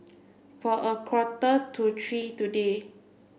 for a quarter to three today